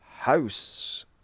house